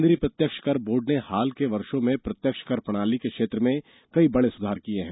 केन्द्रीय प्रत्यक्ष कर बोर्ड ने हाल के वर्षो में प्रत्यक्ष कर प्रणाली के क्षेत्र में कई बड़े सुधार किए हैं